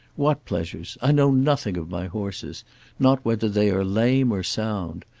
what pleasures? i know nothing of my horses not whether they are lame or sound.